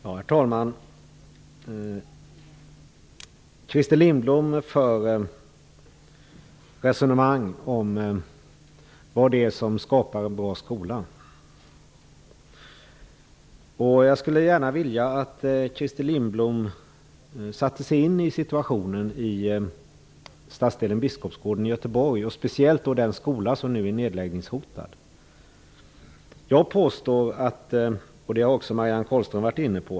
Herr talman! Christer Lindblom för ett resonemang om vad det är som skapar en bra skola. Jag skulle gärna vilja att Christer Lindblom sätter sig in i situationen i stadsdelen Biskopsgården i Göteborg, och speciellt i den skola som nu är nedläggningshotad. Jag påstår att detta är en bra skola. Det har också Marianne Carlström varit inne på.